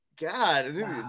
God